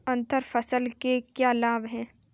अंतर फसल के क्या लाभ हैं?